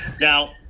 Now